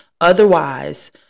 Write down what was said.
Otherwise